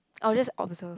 I'll just observe